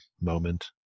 moment